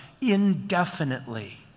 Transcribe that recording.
indefinitely